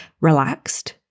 relaxed